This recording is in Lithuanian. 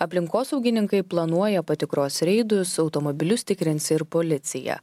aplinkosaugininkai planuoja patikros reidus automobilius tikrins ir policija